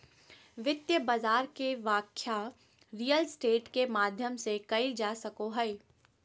वित्तीय बाजार के व्याख्या रियल स्टेट के माध्यम से कईल जा सको हइ